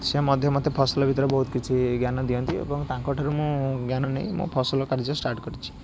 ସେ ମଧ୍ୟ ମୋତେ ଫସଲ ଭିତରେ ବହୁତ କିଛି ଜ୍ଞାନ ଦିଅନ୍ତି ଏବଂ ତାଙ୍କଠାରୁ ଜ୍ଞାନ ନେଇ ମୁଁ ଫସଲ କାର୍ଯ୍ୟ ଷ୍ଟାର୍ଟ୍ କରିଛି